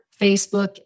Facebook